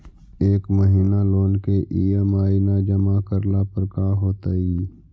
एक महिना लोन के ई.एम.आई न जमा करला पर का होतइ?